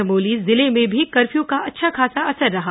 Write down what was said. चमोली जिले में भी कर्फ्यू का अच्छा खासा असर रहा